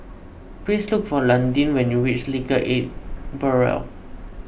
please look for Landyn when you reach Legal Aid Bureau